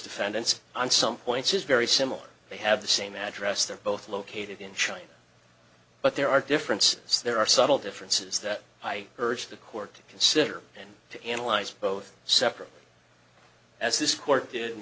defendants on some points is very similar they have the same address they're both located in china but there are differences there are subtle differences that i urge the court to consider and to analyze both separately